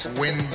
win